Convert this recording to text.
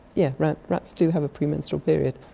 yeah rats rats do have a premenstrual period.